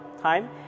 time